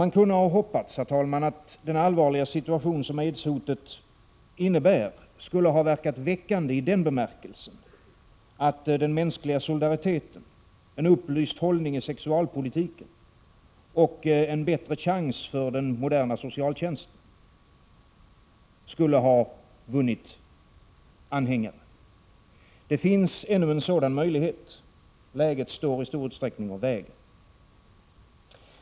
Man kunde ha hoppats att den allvarliga situation som aidshotet innebär skulle ha verkat väckande i den bemärkelsen att den mänskliga solidariteten, en upplyst hållning i sexualpolitiken och en bättre chans för den moderna socialtjänsten skulle ha vunnit anhängare. Det finns ännu en sådan möjlighet, läget står i stor utsträckning och väger.